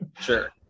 Sure